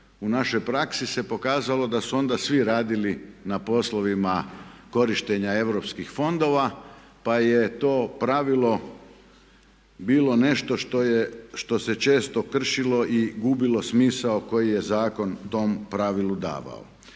u našoj praksi se pokazalo da su onda svi radili na poslovima korištenja Europskih fondova pa je to pravilo bilo nešto što se često kršilo i gubilo smisao koji je zakon tom pravilu davao.